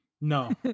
No